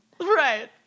Right